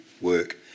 work